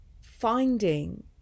finding